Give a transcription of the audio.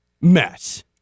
mess